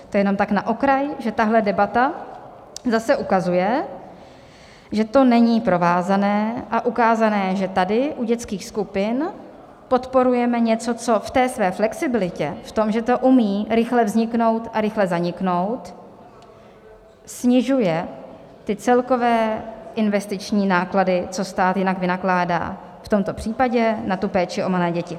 To jenom tak na okraj, že tahle debata zase ukazuje, že to není provázané a ukázané; že tady u dětských skupin podporujeme něco, co v té své flexibilitě, v tom, že to umí rychle vzniknout a rychle zaniknout, snižuje ty celkové investiční náklady, co stát jinak vynakládá v tomto případě na tu péči o malé děti.